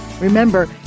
Remember